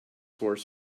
horse